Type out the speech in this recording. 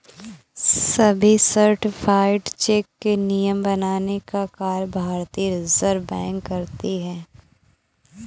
सभी certified cheque के नियम बनाने का कार्य भारतीय रिज़र्व बैंक करती है